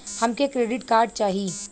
हमके credit card चाही